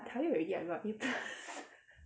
tell you already I got B plus